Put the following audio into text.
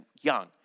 young